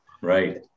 Right